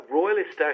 royalist